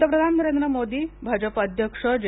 पंतप्रधान नरेंद्र मोदी भाजप अध्यक्ष जे